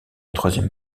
troisième